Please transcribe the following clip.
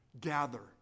gather